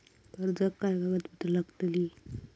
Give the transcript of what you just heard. कर्जाक काय कागदपत्र लागतली?